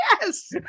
Yes